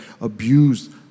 abused